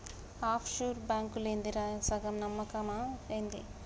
half sure బాంకులేందిరా, సగం నమ్మకమా ఏంది